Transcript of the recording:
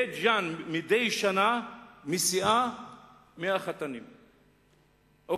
בית-ג'ן משיאה 100 חתנים מדי שנה,